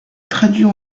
traduits